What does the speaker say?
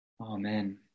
Amen